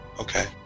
Okay